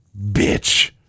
bitch